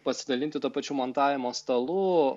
pasidalinti tuo pačiu montavimo stalu